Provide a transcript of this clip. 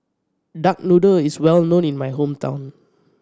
duck noodle is well known in my hometown